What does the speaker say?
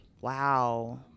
Wow